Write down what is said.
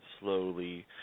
slowly